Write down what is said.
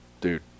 Dude